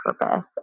purpose